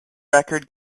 record